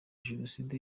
jenoside